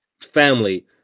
family